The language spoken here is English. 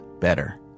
better